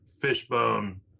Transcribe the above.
Fishbone